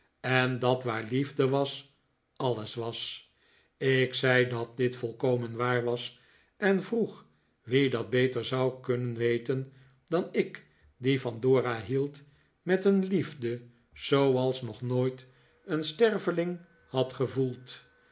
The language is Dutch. en dat waar liefde was alles was ik zei dat dit volkomen waar was en vroeg wie dat beter zou kunnen weten dan ik die van dora hield met een liefde zooals nog nooit een sterveling had gevoeld